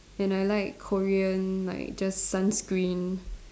and I like Korean like just sunscreen